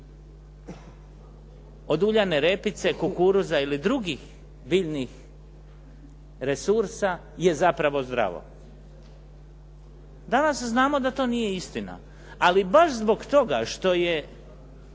od uljane repice, kukuruza ili drugih biljnih resursa je zapravo zdravo. Danas znamo da to nije istina, ali baš zbog toga što je